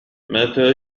متى